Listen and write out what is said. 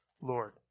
Lord